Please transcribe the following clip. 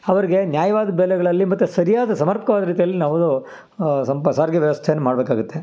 ಅವ್ರ್ಗೆ ನ್ಯಾಯವಾದ ಬೆಲೆಗಳಲ್ಲಿ ಮತ್ತು ಸರಿಯಾದ ಸಮರ್ಕವಾದ ರೀತಿಯಲ್ಲಿ ನಾವು ಸಂಪ ಸಾರಿಗೆ ವ್ಯವಸ್ಥೆಯನ್ನ ಮಾಡಬೇಕಾಗತ್ತೆ